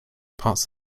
parts